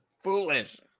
foolish